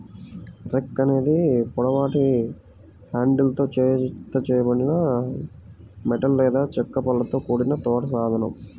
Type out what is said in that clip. rake అనేది పొడవాటి హ్యాండిల్తో జతచేయబడిన మెటల్ లేదా చెక్క పళ్ళతో కూడిన తోట సాధనం